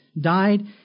died